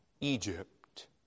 Egypt